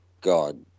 God